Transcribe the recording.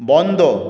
বন্ধ